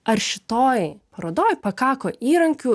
ar šitoj parodoj pakako įrankių